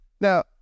Now